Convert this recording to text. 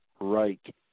right